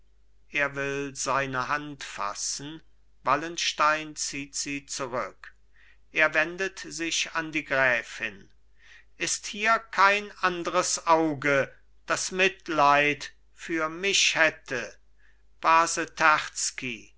er will seine hand fassen wallenstein zieht sie zurück er wendet sich an die gräfin ist hier kein andres auge das mitleid für mich hätte base